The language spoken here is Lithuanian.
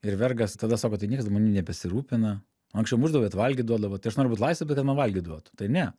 ir vergas tada sako tai niekas daugiau manim nebesirūpina anksčiau mušdavo bet valgyt duodavo tai aš noriu būt laisvėj bet kad man valgyt duotų tai ne